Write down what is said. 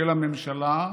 של הממשלה,